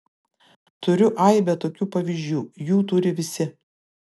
turiu aibę tokių pavyzdžių jų turi visi